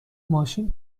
ماشین